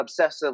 obsessively